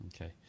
Okay